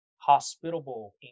Hospitable